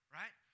right